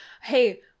Hey